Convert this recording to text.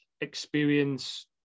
experience